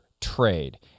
trade